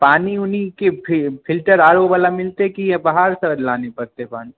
पानि वाणि के फ़िल्टर आरो बला मिलतै की बाहर सॅं लानय पड़तै पानि